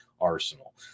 arsenal